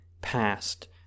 past